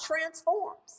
transforms